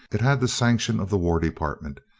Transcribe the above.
it had the sanction of the war department,